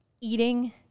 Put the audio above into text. eating